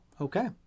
Okay